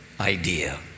idea